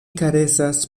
karesas